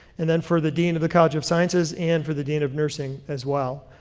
and then for the dean of the college of sciences and for the dean of nursing as well.